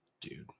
Dude